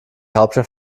hauptstadt